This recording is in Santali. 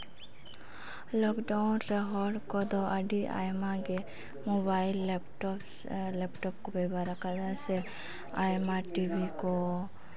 ᱞᱚᱠᱰᱟᱣᱩᱱ ᱨᱮ ᱦᱚᱲ ᱠᱚᱫᱚ ᱟᱹᱰᱤ ᱟᱭᱢᱟᱜᱮ ᱢᱳᱵᱟᱭᱤᱞ ᱞᱮᱯᱴᱚᱯ ᱥᱮ ᱞᱮᱯᱴᱚᱯ ᱠᱚ ᱵᱮᱵᱚᱦᱟᱨᱟᱠᱟᱫᱟ ᱥᱮ ᱟᱭᱢᱟ ᱴᱤᱵᱷᱤ ᱠᱚ